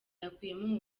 yakuyemo